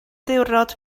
ddiwrnod